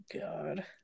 God